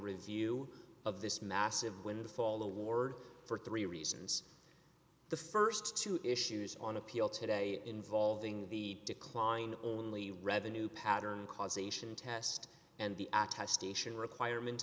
review of this massive windfall award for three reasons the st two issues on appeal today involving the decline only revenue pattern causation test and the station requirement